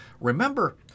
Remember